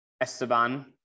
Esteban